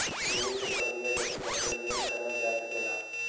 निवेश एक प्रक्रिया जेसे कैपिटल गेन करल जा सकला